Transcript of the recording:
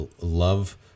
love